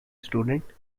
student